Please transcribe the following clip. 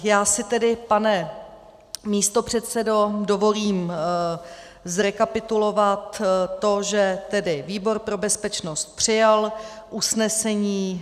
Já si tedy, pane místopředsedo, dovolím zrekapitulovat to, že výbor pro bezpečnost přijal usnesení.